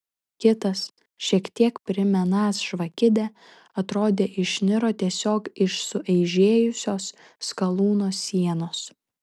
kitas šiek tiek primenąs žvakidę atrodė išniro tiesiog iš sueižėjusios skalūno sienos